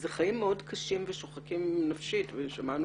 אלה חיים מאוד קשים ושוחקים נפשית ושמענו